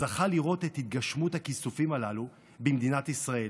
זכה לראות את התגשמות הכיסופים הללו במדינת ישראל,